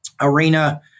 arena